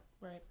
Right